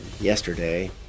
yesterday